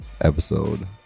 episode